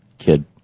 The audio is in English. kid